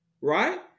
right